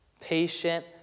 patient